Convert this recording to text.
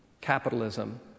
capitalism